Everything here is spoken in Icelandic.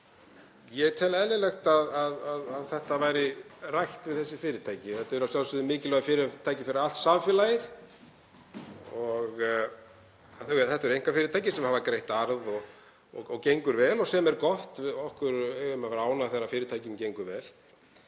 ég tel eðlilegt að það verði rætt við þessi fyrirtæki. Þetta er að sjálfsögðu mikilvægt fyrir allt samfélagið af því að þetta eru einkafyrirtæki sem hafa greitt arð og gengur vel, sem er gott, við eigum að vera ánægð þegar fyrirtækjum gengur vel